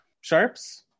sharps